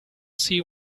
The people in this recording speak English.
see